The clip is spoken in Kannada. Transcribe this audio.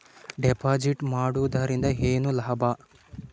ಡೆಪಾಜಿಟ್ ಮಾಡುದರಿಂದ ಏನು ಲಾಭ?